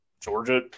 Georgia